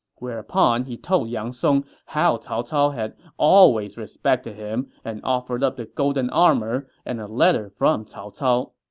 whereupon he told yang song how cao cao had always respected him and offered up the golden armor and a letter from cao cao.